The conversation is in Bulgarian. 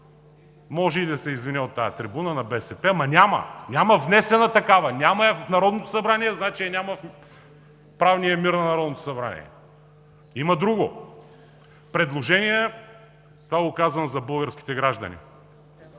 може и да се извиня от тази трибуна на БСП. Ама няма, няма внесена такава! Няма я в Народното събрание, значи я няма в правния мир на Народното събрание. Има друго, предложения – това го казвам за българските граждани